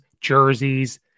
jerseys